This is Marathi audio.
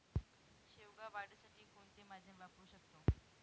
शेवगा वाढीसाठी कोणते माध्यम वापरु शकतो?